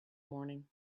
morning